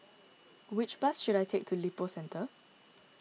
which bus should I take to Lippo Centre